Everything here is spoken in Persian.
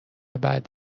بعد